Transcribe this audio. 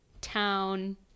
town